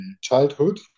childhood